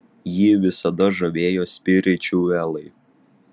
jį visada žavėjo spiričiuelai